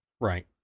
Right